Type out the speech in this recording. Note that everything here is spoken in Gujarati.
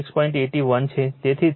81 છે તેથી 3 6